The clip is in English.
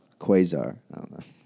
Quasar